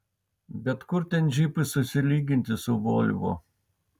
bet kur ten džipui susilyginti su volvo